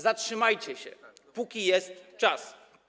Zatrzymajcie się, póki jest czas.